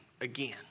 again